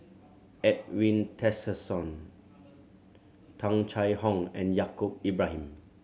Edwin Tessensohn Tung Chye Hong and Yaacob Ibrahim